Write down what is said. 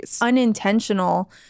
unintentional